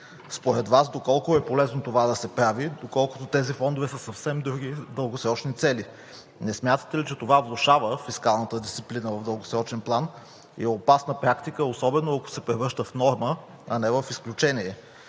Според Вас доколко е полезно това да се прави, доколкото тези фондове са със съвсем други дългосрочни цели? Не смятате ли, че това влошава фискалната дисциплина в дългосрочен план и е опасна практика особено ако се превръща в норма, а не в изключение?